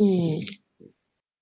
mm